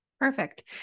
Perfect